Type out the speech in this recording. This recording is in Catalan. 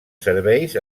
serveis